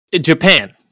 Japan